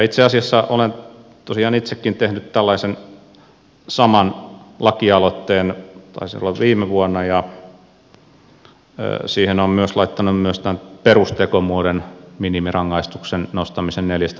itse asiassa olen tosiaan itsekin tehnyt tällaisen saman laki aloitteen taisi olla viime vuonna ja siihen olen myös laittanut tämän perustekomuodon minimirangaistuksen nostamisen neljästä kuukaudesta vuoteen